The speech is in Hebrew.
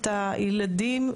את הילדים,